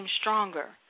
stronger